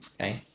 Okay